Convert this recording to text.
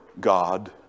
God